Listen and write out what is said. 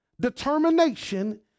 determination